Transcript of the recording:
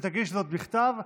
שתגיש זאת בכתב,